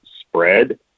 spread